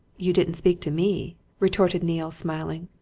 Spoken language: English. you didn't speak to me, retorted neale, smiling.